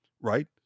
right